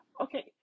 Okay